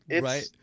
right